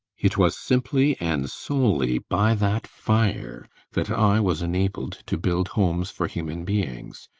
it was simply and solely by that fire that i was enabled to build homes for human beings.